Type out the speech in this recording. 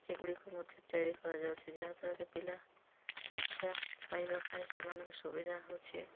ଏଗୁଡ଼ିକୁ ମଧ୍ୟ ତିଆରି କରାଯାଉଛି ଯାହା ଦ୍ୱାରାକି ପିଲା ଶିକ୍ଷା ପାଇବା ପାଇଁ ସେମାନଙ୍କୁ ସୁବିଧା ହେଉଛି